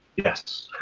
yes,